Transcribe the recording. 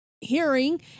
hearing